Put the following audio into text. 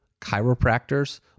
chiropractors